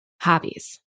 hobbies